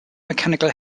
mechanical